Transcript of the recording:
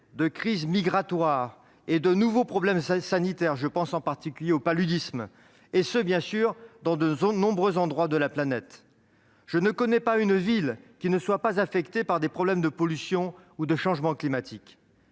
de crises migratoires et de nouveaux problèmes sanitaires, comme le paludisme, qui se poseront dans de nombreux endroits de la planète. Je ne connais pas une ville qui ne soit pas affectée par des problèmes de pollution ou de changement climatique.